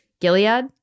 Gilead